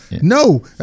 No